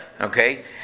Okay